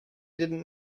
didn’t